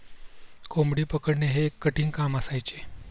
कोंबडी पकडणे हे एक कठीण काम असायचे